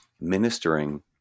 ministering